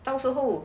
到时候